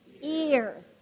ears